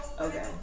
Okay